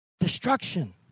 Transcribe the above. Destruction